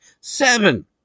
seven